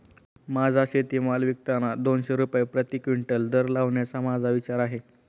माझा शेतीमाल विकताना दोनशे रुपये प्रति क्विंटल दर लावण्याचा माझा विचार आहे